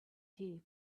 tea